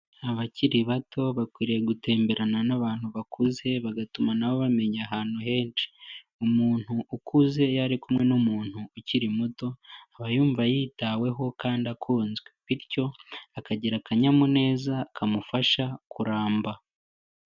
Abakiri bato bakwiriye gutemberana n'abantu bakuze bagatuma nabo bamenya ahantu henshi . Umuntu ukuze iyo ari kumwe n'umuntu ukiri muto, aba yumva yitaweho kandi akunzwe bityo akagira akanyamuneza kamufasha kuramba.